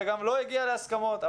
וגם לא הגיעו להסכמות.